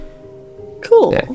Cool